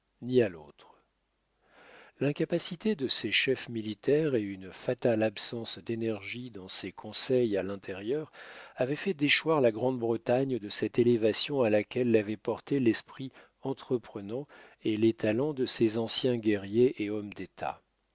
ni à lautre l'incapacité de ses chefs militaires et une fatale absence d'énergie dans ses conseils à l'intérieur avaient fait déchoir la grande-bretagne de cette élévation à laquelle l'avaient portée l'esprit entreprenant et les talents de ses anciens guerriers et hommes d'état